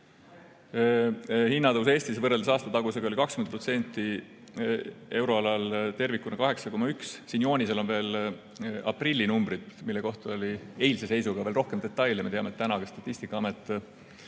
hinnatõus Eestis võrreldes aastatagusega 20%, euroalal tervikuna 8,1%. Siin joonisel on veel aprilli numbrid, mille kohta oli eilse seisuga veel rohkem detaile. Me teame, et täna Statistikaamet